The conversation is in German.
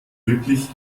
wirklich